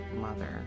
mother